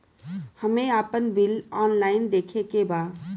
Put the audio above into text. हमे आपन bill online देखे के बा?